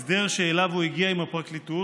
הסדר שאליו הוא הגיע עם הפרקליטות,